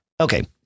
Okay